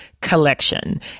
collection